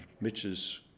Mitch's